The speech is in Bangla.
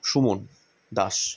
সুমন দাস